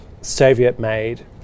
Soviet-made